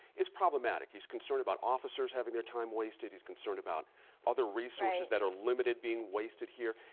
is problematic. he's concerned about officers having their time wasted, he's concerned about other resources that are limited being wasted here.